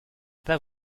pas